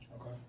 Okay